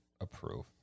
approve